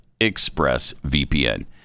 ExpressVPN